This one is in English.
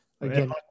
Again